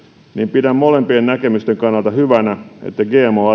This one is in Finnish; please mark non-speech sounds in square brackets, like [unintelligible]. pidän molempien näkemysten kannalta hyvänä että gmo [unintelligible]